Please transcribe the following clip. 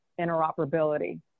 interoperability